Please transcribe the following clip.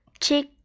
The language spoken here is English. chick